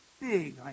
big